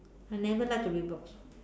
I never like to read books